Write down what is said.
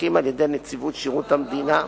נבדקים על-ידי נציבות שירות המדינה,